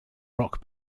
rock